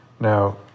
Now